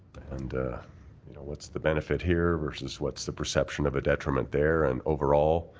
and you know what's the benefit here versus what's the perception of a detriment there, and overall,